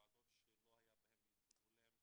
שוועדות שלא היה בהן ייצוג הולם,